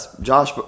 Josh